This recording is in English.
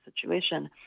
situation